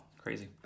crazy